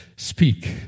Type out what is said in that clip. Speak